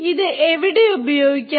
ഇത് എവിടെ ഉപയോഗിക്കാം